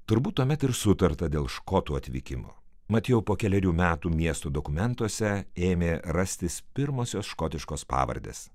turbūt tuomet ir sutarta dėl škotų atvykimo mat jau po kelerių metų miesto dokumentuose ėmė rastis pirmosios škotiškos pavardės